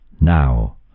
Now